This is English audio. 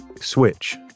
switch